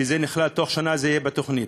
כי בתוך שנה זה יהיה בתוכנית.